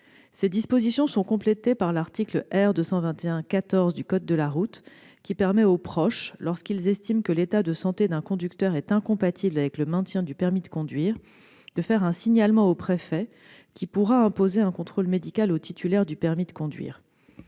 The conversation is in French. Ces dispositions sont complétées par l'article R. 221-14 du code de la route, qui permet aux proches, lorsqu'ils estiment que l'état de santé d'un conducteur est incompatible avec le maintien du permis de conduire, de faire un signalement au préfet qui pourra imposer un contrôle médical au titulaire du permis de conduire.